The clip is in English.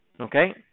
okay